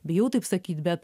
bijau taip sakyt bet